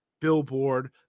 billboard